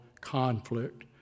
conflict